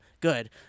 good